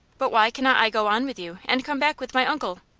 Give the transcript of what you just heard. but why cannot i go on with you, and come back with my uncle?